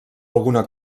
alguna